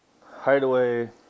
Hideaway